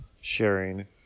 sharing